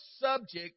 subject